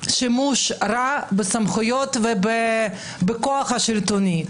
שימוש רע בסמכויות ובכוח השלטוני.